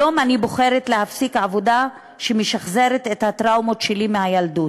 היום אני בוחרת להפסיק עבודה שמשחזרת את הטראומות שלי מהילדות.